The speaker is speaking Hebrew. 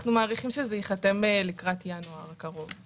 אנחנו מעריכים שזה ייחתם לקראת ינואר הקרוב.